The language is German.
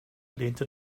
lehnte